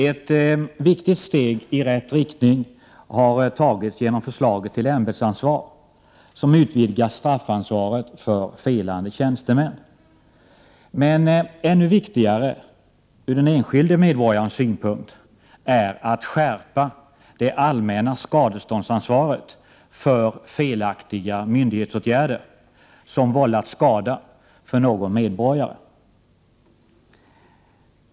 Ett viktigt steg i rätt riktning har tagits genom förslaget till ämbetsansvar som utvidgar straffansvaret för felande tjänstemän. Men ännu viktigare ur den enskilde medborgarens synpunkt är att det allmänna skadeståndsansvaret för felaktiga myndighetsåtgärder som vållat skada för någon medborgare skärps.